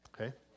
Okay